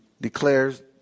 declares